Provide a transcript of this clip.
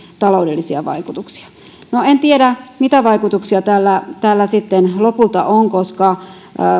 taloudellisia vaikutuksia no en tiedä mitä vaikutuksia tällä sitten lopulta on koska